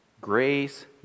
Grace